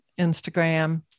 Instagram